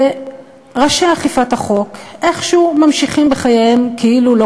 וראשי אכיפת החוק איכשהו ממשיכים בחייהם כאילו לא